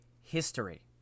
history